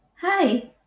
Hi